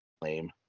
lame